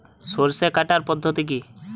সরষে কাটার পদ্ধতি কি?